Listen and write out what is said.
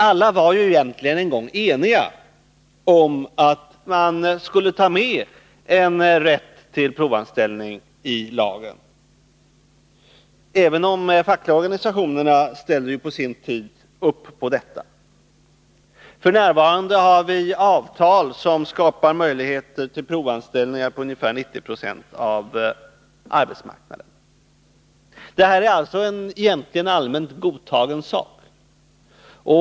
Alla var ju en gång eniga om att man skulle ta med en rätt till provanställning i lagen. Även de fackliga organisationerna ställde på sin tid upp på detta. F. n. finns avtal som skapar möjligheter till provanställningar på ungefär 90 70 av arbetsmarknaden. Det rör sig alltså om en egentligen allmänt godtagen princip.